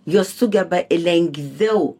jos sugeba lengviau